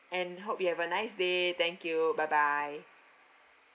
and hope you have a nice day thank you bye bye